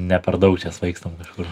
ne per daug čia svaigstam kažkur